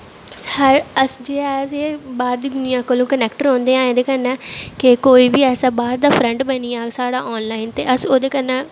अस जे ऐ जे बाह्र दी दुनियां कोलूं कनैक्ट रौंह्दे आं एह्दे कन्नै के कोई बी बाह्र दा फ्रैंड बनी जाह्ग साढ़ा आनलाइन ते अस ओह्दे कन्नै